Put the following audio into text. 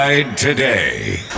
today